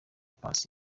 pass